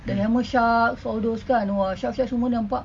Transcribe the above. the hammer sharks all those kan !wah! sharks sharks semua nampak